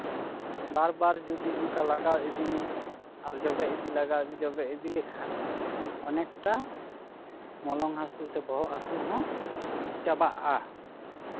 ᱵᱟᱨ ᱵᱟᱨ ᱡᱩᱫᱤ ᱚᱱᱠᱟ ᱞᱟᱜᱟᱣ ᱤᱫᱤ ᱟᱨ ᱡᱚᱵᱮ ᱤᱫᱤ ᱞᱟᱜᱟᱣ ᱤᱫᱤ ᱡᱚᱵᱮ ᱤᱫᱤ ᱞᱮᱠᱷᱟᱱ ᱚᱱᱮᱠᱴᱟ ᱢᱚᱞᱚᱝ ᱦᱟᱹᱥᱩ ᱥᱮ ᱵᱚᱦᱚᱜ ᱦᱟᱹᱥᱩ ᱦᱚᱸ ᱪᱟᱵᱟᱜᱼᱟ